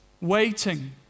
waiting